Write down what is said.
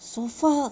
so far